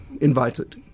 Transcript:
invited